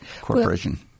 corporation